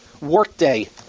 Workday